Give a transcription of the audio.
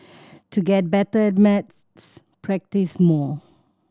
to get better at maths practise more